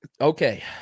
Okay